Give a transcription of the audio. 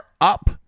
up